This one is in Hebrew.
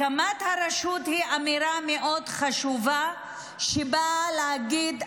הקמת הרשות היא אמירה מאוד חשובה שבאה להגיד: